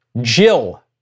Jill